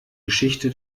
geschichte